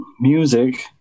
music